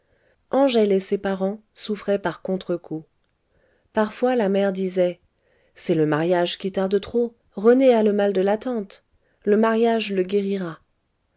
angèle et ses parents souffraient par contre-coup parfois la mère disait c'est le mariage qui tarde trop rené a le mal de l'attente le mariage le guérira